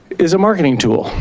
is marketing tool.